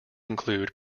include